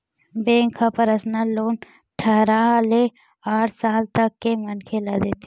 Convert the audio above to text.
bank ह personal loan अठारह ले साठ साल तक के मनखे ल देथे